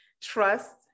trust